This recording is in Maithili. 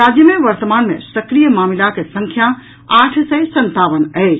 राज्य मे वर्तमान मे सक्रिय मामिलाक संख्या आठ सय संतावन अछि